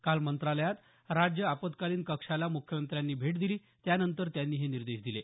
काल मंत्रालयात राज्य आपत्कालीन कक्षाला मुख्यमंत्र्यांनी भेट दिली त्यानंतर त्यांनी हे निर्देश दिले